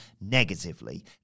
negatively